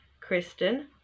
Kristen